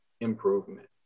improvement